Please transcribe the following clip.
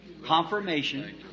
Confirmation